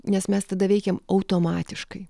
nes mes tada veikiam automatiškai